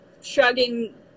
shrugging